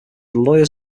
lawyers